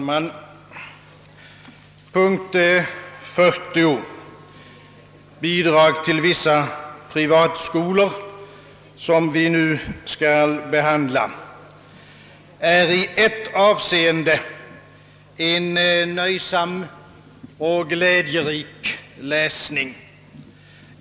Herr talman! Yttrandet under punkt 40 i statsutskottets utlåtande nr 8 är i ett avseende en nöjsam och glädjerik läsning.